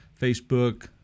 Facebook